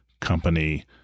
company